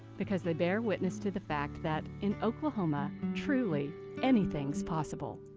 because they bear witness to the fact that, in oklahoma, truly anything's possible.